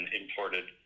imported